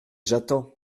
j’attends